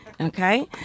Okay